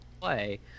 play